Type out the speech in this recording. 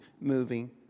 moving